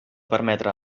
permetre